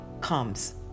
comes